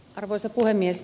arvoisa puhemies